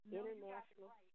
International